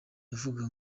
yavugaga